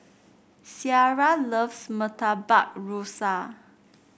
Ciara loves Murtabak Rusa